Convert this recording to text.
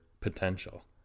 potential